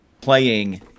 playing